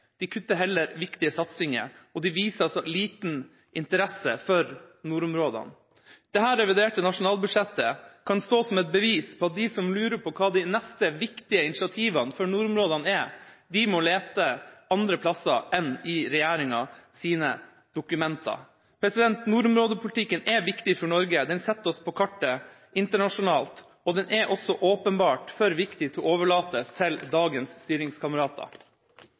kutter heller viktige satsinger, og den viser altså liten interesse for nordområdene. Dette reviderte nasjonalbudsjettet kan stå som et bevis på at de som lurer på hva de neste viktige initiativene for nordområdene er, må lete andre plasser enn i regjeringas dokumenter. Nordområdepolitikken er viktig for Norge. Den setter oss på kartet internasjonalt, og den er også åpenbart for viktig til å overlates til dagens styringskamerater.